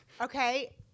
okay